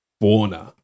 Warner